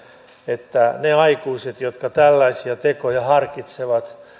että ne aikuiset jotka tällaisia tekoja harkitsevat